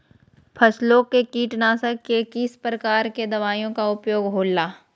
फसलों के कीटनाशक के किस प्रकार के दवाइयों का उपयोग हो ला?